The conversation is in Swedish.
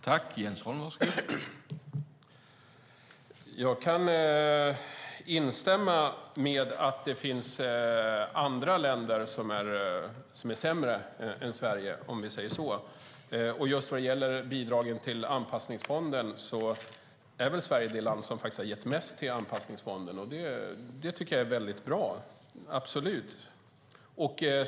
Herr talman! Jag kan instämma i att det finns andra länder som är sämre än Sverige, om vi säger så. När det gäller bidrag till Anpassningsfonden är Sverige det land som har gett mest, och det tycker jag absolut är bra.